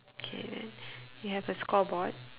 K you have a scoreboard